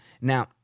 Now